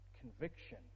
conviction